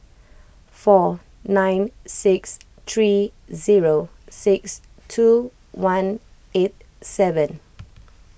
four nine six three zero six two one eight seven